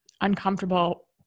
uncomfortable